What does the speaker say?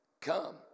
Come